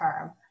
term